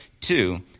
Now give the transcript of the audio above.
two